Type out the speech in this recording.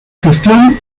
gestión